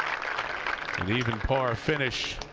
and even par finish